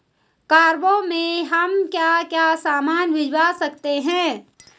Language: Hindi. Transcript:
कार्गो में हम क्या क्या सामान भिजवा सकते हैं?